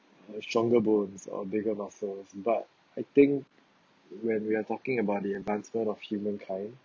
uh stronger bones or bigger muscles but I think when we are talking about the advancement of humankind